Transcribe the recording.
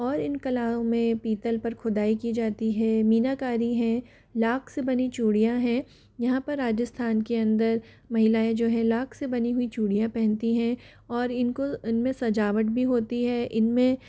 और इन कलाओं में पीतल पर खुदाई की जाती है मीनाकारी है लाक से बनी चूड़ियाँ हैं यहाँ पर राजस्थान के अंदर महिलाएँ जो हैं लाक से बनी हुई चूड़ियाँ पहनती हैं और इन को इन में सजावट भी होती है इन में